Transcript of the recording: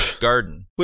garden